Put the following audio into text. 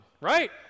Right